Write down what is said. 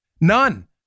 None